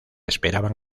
esperaban